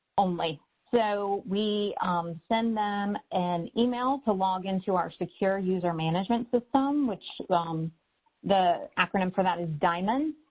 only. so we send them an email to log in to our secure user management system, which um the acronym for that is diamd. and